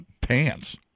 pants